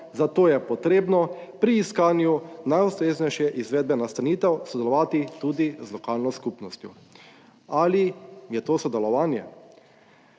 zato je potrebno pri iskanju najustreznejše izvedbe nastanitev sodelovati tudi z lokalno skupnostjo. Ali je to sodelovanje?